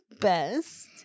best